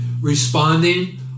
responding